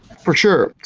for sure.